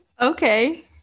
Okay